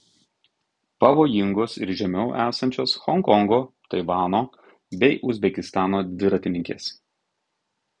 pavojingos ir žemiau esančios honkongo taivano bei uzbekistano dviratininkės